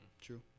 True